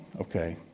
okay